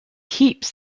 heaps